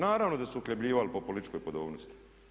Naravno da su uhljebljivali po političkoj podobnosti.